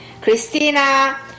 Christina